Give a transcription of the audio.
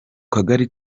kagari